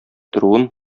торуын